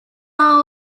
are